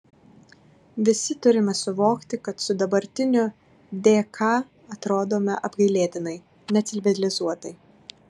visi turime suvokti kad su dabartiniu dk atrodome apgailėtinai necivilizuotai